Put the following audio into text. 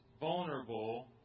vulnerable